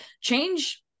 change